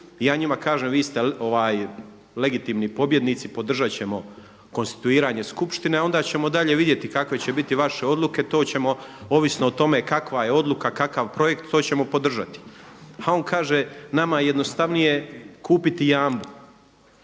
ja njima kažem vi ste legitimni pobjednici, podržat ćemo konstituiranje skupštine a onda ćemo dalje vidjeti kakve će biti vaše odluke, to ćemo ovisno o tome kakva je odluka, kakav projekt to ćemo podržati. A on kaže nama je jednostavnije kupiti Jambu.